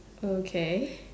okay